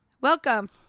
welcome